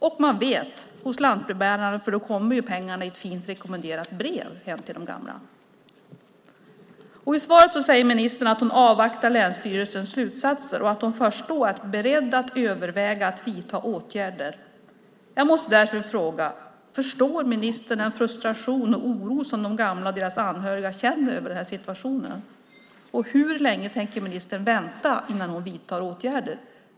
Och man vet när de finns hos lantbrevbärarna, för då kommer pengarna i ett fint rekommenderat brev till de gamla. I svaret säger ministern att hon avvaktar länsstyrelsernas slutsatser och att hon först då är beredd att överväga att vidta åtgärder. Jag måste därför fråga: Förstår ministern den frustration och oro som de gamla och deras anhöriga känner över den här situationen? Hur länge tänker ministern vänta innan hon vidtar åtgärder?